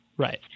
Right